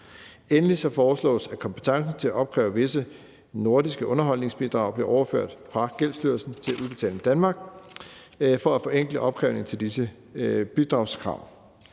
Endelig foreslås det, at kompetencen til at opkræve visse nordiske underholdningsbidrag bliver overført fra Gældsstyrelsen til Udbetaling Danmark for at forenkle opkrævningen af disse bidragskrav.